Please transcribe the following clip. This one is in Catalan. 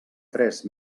tres